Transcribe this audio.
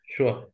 Sure